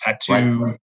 tattoo